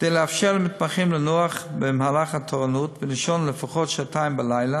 כדי לאפשר למתמחים לנוח במהלך התורנות ולישון לפחות שעתיים בלילה,